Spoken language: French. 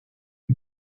rue